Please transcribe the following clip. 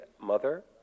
mother